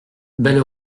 belle